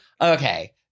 okay